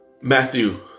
Matthew